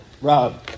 Rob